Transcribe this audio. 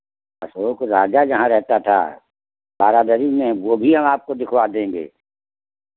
अशोक राजा जहाँ रहता था बारादरी में वो भी हम आपको दिखवा देंगे